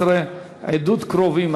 16) (עדות קרובים),